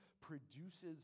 produces